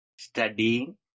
studying